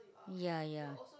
ya ya